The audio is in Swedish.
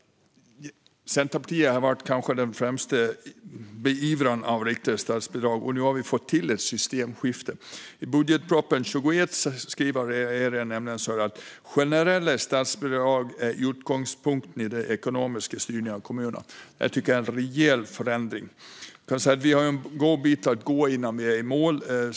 Centerpartiet har varit den kanske främsta beivraren av riktade statsbidrag, och nu har vi fått till ett systemskifte. I budgetpropositionen för 2020 skriver regeringen nämligen att "generella statsbidrag ska vara utgångspunkten i den ekonomiska styrningen av kommunsektorn". Det tycker jag är en rejäl förändring. Vi har dock en bra bit att gå innan vi är i mål.